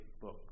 book